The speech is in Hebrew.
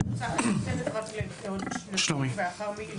אני נותנת רק לשלומי לדבר ולאחר מכן חה"כ מופיד מרעי.